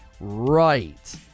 Right